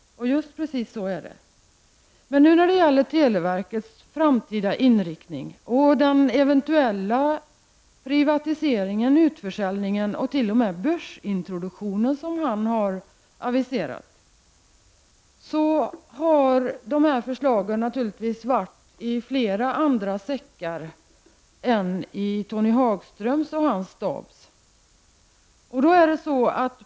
Just precis så är det. Förslagen när det gäller televerkets framtida inriktning -- jag tänker på den eventuella privatisering, utförsäljning och t.o.m. börsintroduktion som han har aviserat -- har naturligtvis varit i flera andra säckar än Tony Hagströms och hans stabs.